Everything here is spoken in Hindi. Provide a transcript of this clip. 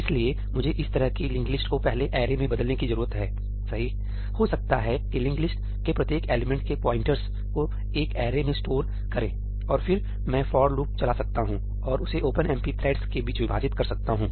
इसलिए मुझे इस तरह की लिंक्ड लिस्ट को पहले ऐरे में बदलने की जरूरत है सही हो सकता है कि लिंक्ड लिस्ट के प्रत्येक एलिमेंट के प्वाइंटर्स को एक ऐरे में स्टोर करें और फिर मैं फॉर लूप चला सकता हूं और उसे ओपनएमपी थ्रेड्स के बीच विभाजित कर सकता हूं